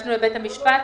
יחד.